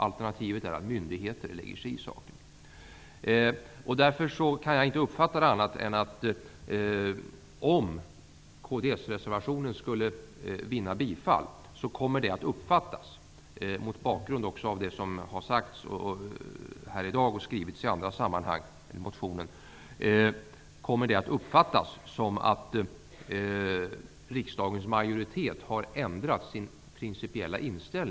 Alternativet är att myndigheter lägger sig i saken. Om kds-reservationen skulle vinna bifall, kommer det att uppfattas som att riksdagens majoritet har ändrat sin principiella inställning i denna fråga, mot bakgrund av det som har sagts här i kammaren och skrivits i andra sammanhang, t.ex. i motioner. Jag kan inte uppfatta det på annat sätt.